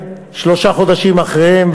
שלושה חודשים אחריהם,